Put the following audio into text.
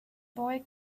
boy